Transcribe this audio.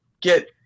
get